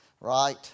right